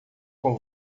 com